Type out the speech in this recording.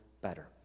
better